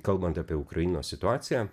kalbant apie ukrainos situaciją